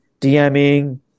DMing